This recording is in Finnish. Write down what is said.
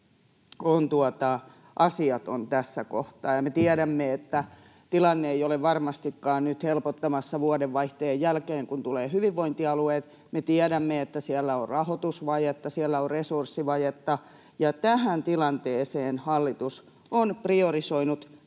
on asiaton tässä kohtaa. Me tiedämme, että tilanne ei ole varmastikaan nyt helpottamassa vuodenvaihteen jälkeen, kun tulevat hyvinvointialueet. Me tiedämme, että siellä on rahoitusvajetta ja siellä on resurssivajetta. Kun tähän tilanteeseen hallitus on priorisoinut